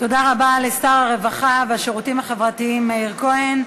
תודה רבה לשר הרווחה והשירותים החברתיים מאיר כהן,